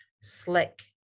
slick